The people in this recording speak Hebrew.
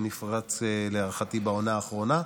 שנפרץ להערכתי בעונה האחרונה,